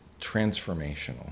transformational